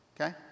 Okay